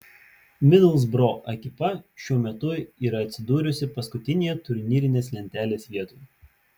midlsbro ekipa šiuo metu yra atsidūrusi paskutinėje turnyrinės lentelės vietoje